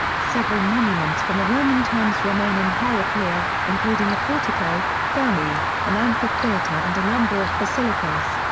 several monuments from the roman times remain in heraclea, ah including a portico, thermae, an amphitheater and a number of basilicas.